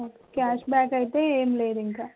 cashback అయితే ఏం లేదు ఇంక